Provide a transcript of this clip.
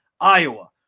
Iowa